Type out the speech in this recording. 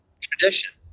tradition